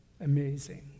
Amazing